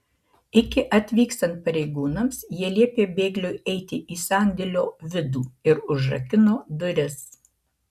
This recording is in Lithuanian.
iki atvykstant pareigūnams jie liepė bėgliui eiti į sandėlio vidų ir užrakino duris